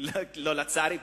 לא לצערי.